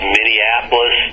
Minneapolis